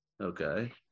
Okay